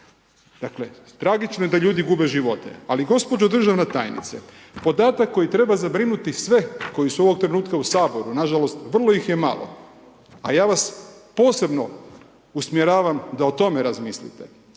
Dakle, tragično je da ljudi gube živote, ali gospođo državna tajnice, podatak koji treba zabrinuti sve koji su ovog trenutka u Saboru, nažalost, vrlo ih malo ja vas posebno usmjeravam da o tome razmislite.